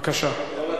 בבקשה.